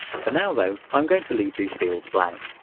for now though, i'm going to leave these fields blank.